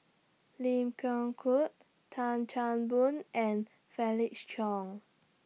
Lim Geok Tan Chan Boon and Felix Cheong